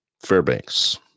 Fairbanks